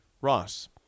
Ross